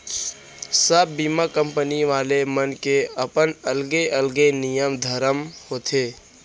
सब बीमा कंपनी वाले मन के अपन अलगे अलगे नियम धरम होथे